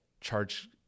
charge